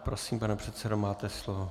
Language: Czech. Prosím, pane předsedo, máte slovo.